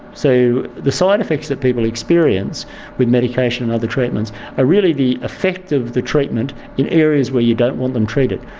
so the side-effects that people experience with medication and other treatments are really the effect of the treatment in areas where you don't want them treated.